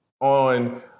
on